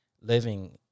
living